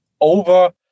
over